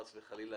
חס וחלילה,